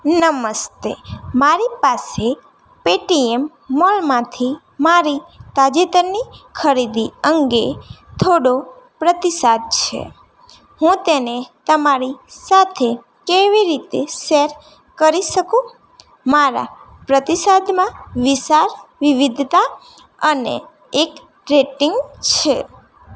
નમસ્તે મારી પાસે પેટીએમ મોલમાંથી મારી તાજેતરની ખરીદી અંગે થોડો પ્રતિસાદ છે હું તેને તમારી સાથે કેવી રીતે શેર કરી શકું મારા પ્રતિસદમાં વિશાળ વિવિધતા અને એક રેટિંગ છે